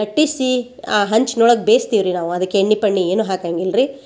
ಲಟ್ಟಿಸಿ ಆ ಹಂಚಿನೊಳಗೆ ಬೇಸ್ತೀವಿ ರೀ ನಾವು ಅದಕ್ಕೆ ಎಣ್ಣೆ ಪಣ್ಣೆ ಏನೂ ಹಾಕಂಗೆ ಇಲ್ರಿ